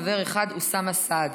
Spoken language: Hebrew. חבר אחד: אוסאמה סעדי,